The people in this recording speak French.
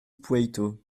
poueyto